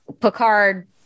Picard